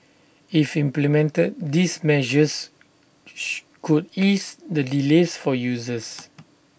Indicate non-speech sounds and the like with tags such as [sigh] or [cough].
if implemented these measures [noise] could ease the delays for users